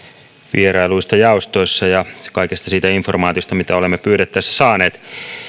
vierailuista jaostossa ja kaikesta siitä informaatiosta mitä olemme pyydettäessä saaneet